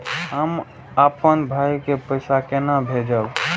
हम आपन भाई के पैसा केना भेजबे?